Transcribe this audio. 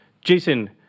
Jason